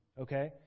okay